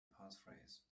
passphrase